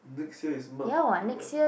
next year is year